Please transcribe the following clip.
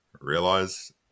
realize